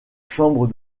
chambre